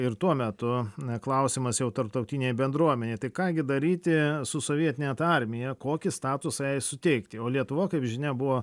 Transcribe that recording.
ir tuo metu na klausimas jau tarptautinėje bendruomenėje tai ką gi daryti su sovietine ta armija kokį statusą jai suteikti o lietuva kaip žinia buvo